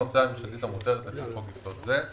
- לפחות 60%, 70%,